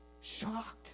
shocked